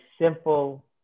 simple